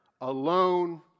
alone